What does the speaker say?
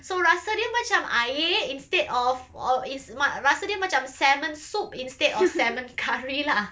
so rasa dia macam air instead of or is ma~ rasa dia macam salmon soup instead of salmon curry lah